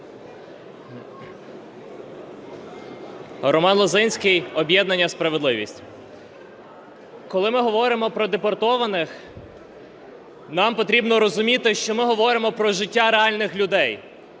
Роман Лозинський, об'єднання "Справедливість". Коли ми говоримо про депортованих, нам потрібно розуміти, що ми говоримо про життя реальних людей,